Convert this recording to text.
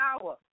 power